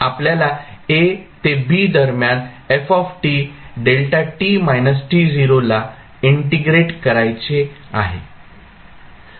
आपल्याला a ते b दरम्यान ला इंटिग्रेट करायचे आहे